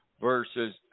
versus